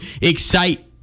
excite